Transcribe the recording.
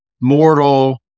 mortal